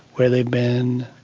where they've been,